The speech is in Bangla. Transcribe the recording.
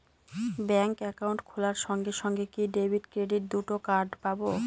ব্যাংক অ্যাকাউন্ট খোলার সঙ্গে সঙ্গে কি ডেবিট ক্রেডিট দুটো কার্ড পাবো?